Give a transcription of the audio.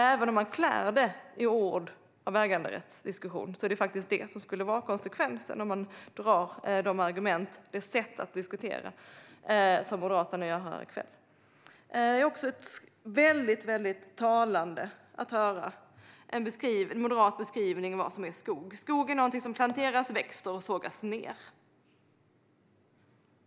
Även om man klär det i ord av äganderättsdiskussion är det faktiskt det som skulle vara konsekvensen av Moderaternas argument och sätt att diskutera här i kväll. Det är också väldigt talande att höra en moderat beskrivning av vad som är skog. Skog är någonting som planteras, växer och sågas ned.